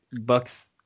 Bucks